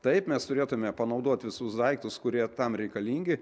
taip mes turėtumėme panaudoti visus daiktus kurie tam reikalingi